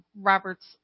Robert's